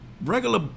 regular